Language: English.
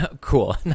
Cool